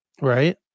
Right